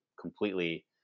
completely